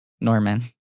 Norman